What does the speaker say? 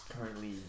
currently